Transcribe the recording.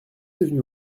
devenue